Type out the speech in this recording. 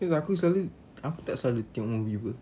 aku selalu aku tak selalu tengok movie [pe]